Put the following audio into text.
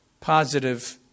positive